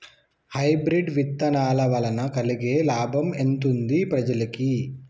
Hybrid విత్తనాల వలన కలిగే లాభం ఎంతుంది ప్రజలకి?